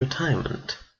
retirement